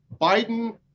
Biden